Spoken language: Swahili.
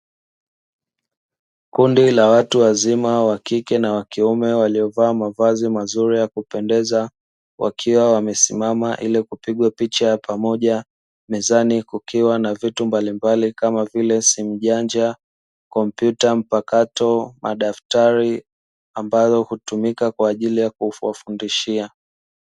Kundi la watu wazima wakike na wakiume waliovaa mavazi mazuri ya kupendeza wakiwa wamesimama ili kupigwa picha ya pamoja, mezani kukiwa na vitu mbalimbali kama vile simu janja, kompyuta mpakato, madaftari ambayo hutumika kwajili ya kufundishia.